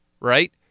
right